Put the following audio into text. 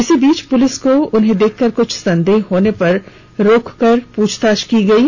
इसी बीच पुलिस को उन्हें देखकर कुछ संदेह होने पर रोककर प्रछताछ की गयी